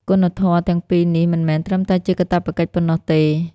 គុណធម៌ទាំងពីរនេះ មិនមែនត្រឹមតែជាកាតព្វកិច្ចប៉ុណ្ណោះទេ។